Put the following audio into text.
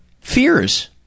fears